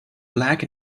black